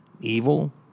evil